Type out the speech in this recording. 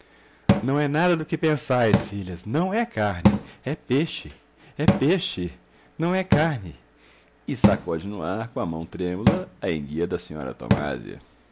não é nada do que pensais filhas não é carne é peixe é peixe não é carne e sacode no ar com a mão tremula a enguia da senhora tomásia o